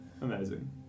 Amazing